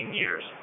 years